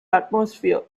atmosphere